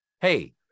Hey